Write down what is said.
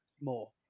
more